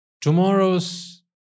tomorrow's